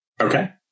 Okay